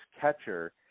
catcher